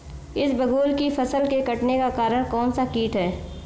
इसबगोल की फसल के कटने का कारण कौनसा कीट है?